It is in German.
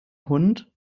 hund